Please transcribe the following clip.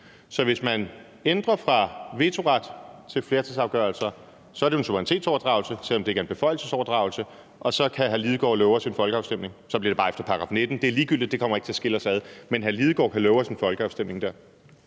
Så hvis man ændrer fra vetoret til flertalsafgørelser, så er det jo en suverænitetsoverdragelse, selv om det ikke er en beføjelsesoverdragelse, og så kan hr. Martin Lidegaard love os en folkeafstemning. Så bliver det bare efter § 19. Det er ligegyldigt. Det kommer ikke til at skille os ad. Men hr. Martin Lidegaard kan love os en folkeafstemning dér?